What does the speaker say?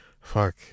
fuck